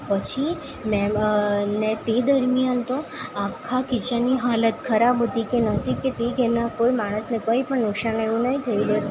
પછી છે ને તે દરમ્યાન તો આખા કિચનની હાલત ખરાબ હતી કે નસીબ કે તે ઘેરના કોઈ માણસને કંઇ પણ નુકસાન એવું નહીં થયેલું હતું